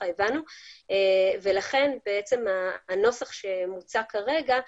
לכן הנוסח שמוצע כרגע,